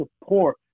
support